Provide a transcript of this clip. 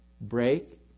Break